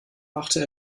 machte